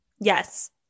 Yes